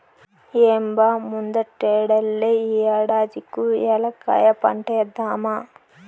ఏం బా ముందటేడల్లే ఈ ఏడాది కూ ఏలక్కాయ పంటేద్దామా